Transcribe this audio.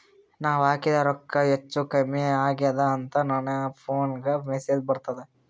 ನಾವ ಹಾಕಿದ ರೊಕ್ಕ ಹೆಚ್ಚು, ಕಮ್ಮಿ ಆಗೆದ ಅಂತ ನನ ಫೋನಿಗ ಮೆಸೇಜ್ ಬರ್ತದ?